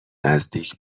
نزدیک